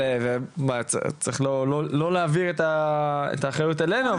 צריך לא להעביר את האחריות אלינו,